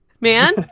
Man